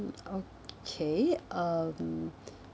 okay um